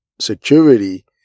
security